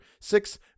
Six